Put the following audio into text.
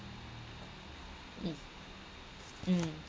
mm mm